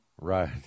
Right